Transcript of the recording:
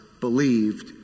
believed